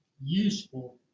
useful